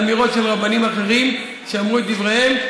אמירות של רבנים אחרים שאמרו את דבריהם.